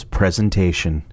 presentation